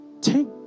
take